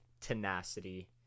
tenacity